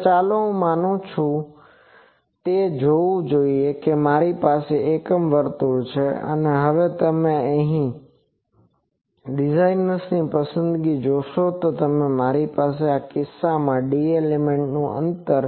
હવે ચાલો હું માનું છું તે જોવું જોઈએ જો મારી પાસે એકમ વર્તુળ છે અને હવે તમે ડિઝાઇનર્સ ની પસંદગી જોશો જો મારી પાસે આ કિસ્સામાં d એલિમેન્ટ નું અંતર